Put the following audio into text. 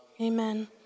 Amen